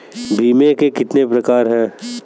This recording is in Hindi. बीमे के कितने प्रकार हैं?